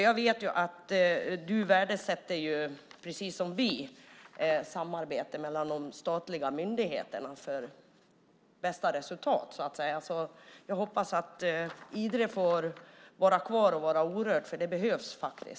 Jag vet att du precis som vi värdesätter samarbete mellan statliga myndigheter för bästa resultat. Jag hoppas att Idre får vara kvar och vara orört, för det behövs.